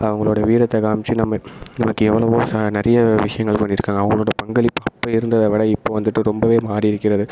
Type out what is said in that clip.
அவங்களோடைய வீரத்தை காமிச்சி நம்ம நமக்கு எவ்வளவோ ச நிறைய விஷயங்கள் பண்ணி இருக்காங்க அவங்களோட பங்களிப்பு அப்போ இருந்ததை விட இப்போ வந்துவிட்டு ரொம்பவே மாறி இருக்கிறது